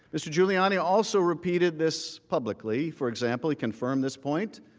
mister giuliani also repeated this publicly, for example he confirmed this point,